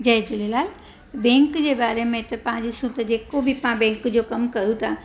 जय Jhulelal bank जे बारे में त पाण ॾिसूं त जेको बि पा कमु कयूं था